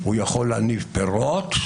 הוא יכול להניב פירות,